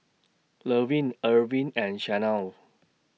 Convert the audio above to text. Levin Arvin and Chanelle